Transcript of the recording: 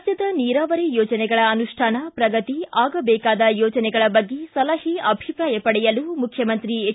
ರಾಜ್ಯದ ನೀರಾವರಿ ಯೋಜನೆಗಳ ಅನುಷ್ಠಾನ ಪ್ರಗತಿ ಆಗಬೇಕಾದ ಯೋಜನೆಗಳ ಬಗ್ಗೆ ಸಲಹೆ ಅಭಿಪ್ರಾಯ ಪಡೆಯಲು ಮುಖ್ಯಮಂತ್ರಿ ಎಚ್